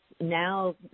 now